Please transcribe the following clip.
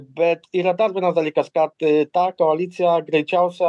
bet yra dar vienas dalykas kad ta koalicija greičiausia